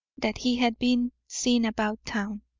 that he had been seen about town.